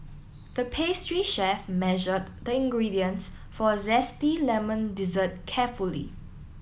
the pastry chef measured the ingredients for a zesty lemon dessert carefully